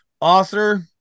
author